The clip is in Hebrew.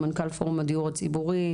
מנכ"ל פורום הדיור הציבורי,